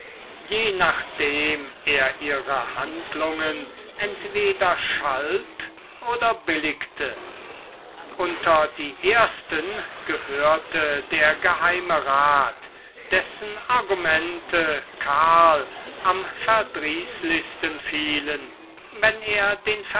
je nachdem er ihre handlungen entweder schalt oder billigte unter die ersten gehörte der geheimerat dessen argumente karin am verdrießlichsten fielen wenn er den